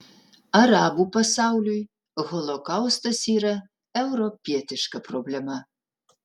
arabų pasauliui holokaustas yra europietiška problema